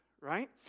right